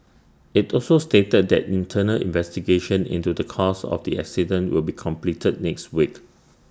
IT also stated that internal investigations into the cause of the accident will be completed next week